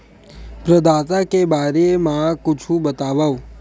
प्रदाता के बारे मा कुछु बतावव?